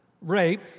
rape